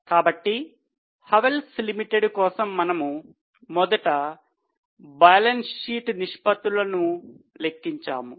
కాబట్టి హావెల్స్ లిమిటెడ్ కోసం మనము మొదట బ్యాలెన్స్ షీట్ నిష్పత్తులను లెక్కించాము